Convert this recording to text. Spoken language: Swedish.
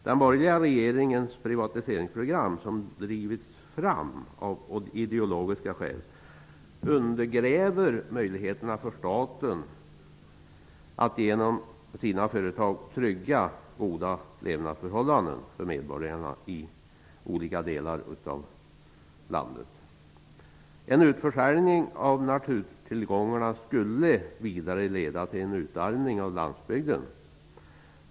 Den borgerliga regeringens privatiseringsprogram, som drivits fram av ideologiska skäl, undergräver möjligheterna för staten att genom sina företag trygga goda levnadsförhållanden för medborgarna i olika delar av landet. En utförsäljning av naturtillgångarna skulle vidare leda till en utarmning av landsbygden.